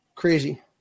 crazy